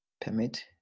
permit